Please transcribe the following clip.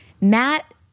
Matt